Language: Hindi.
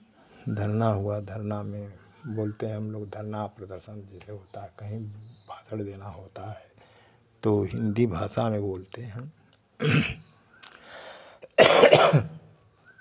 धरना हुआ धरना में बोलते हैं हम लोग धरना प्रदर्शन जैसे होता है कहीं भाषण देना होता है तो हिन्दी भाषा में बोलते हैं